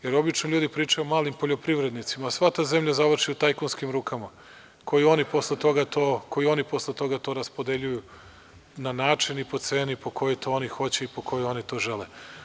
Jer, obično ljudi pričaju o malim poljoprivrednicima, a sva ta zemlja završi u tajkunskim rukama, koju oni posle toga raspodeljuju na način i po ceni po kojoj oni to hoće i po kojoj oni to žele.